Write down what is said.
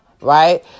right